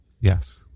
Yes